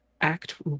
act